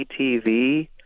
ATV